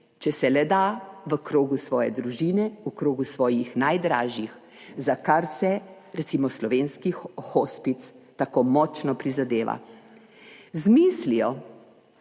če se le da v krogu svoje družine, v krogu svojih najdražjih, za kar se recimo Slovenski hospic tako močno prizadeva." Z mislijo